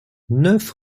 neuf